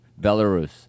Belarus